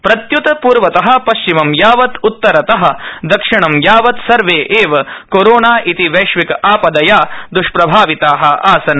प्रत्य्त पूर्वतः पश्चिमं यावत् उत्तरतः दक्षिणं यावत् सर्वे एव कोरोना इति वैश्विक आपदया द्ष्प्रभाविताआसन्